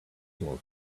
sore